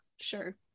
sure